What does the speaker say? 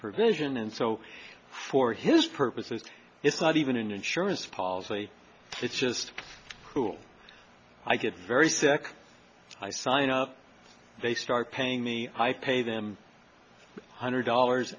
provision and so for his purposes it's not even an insurance policy it's just cool i get very sick i sign up they start paying me i pay them a hundred dollars